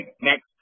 next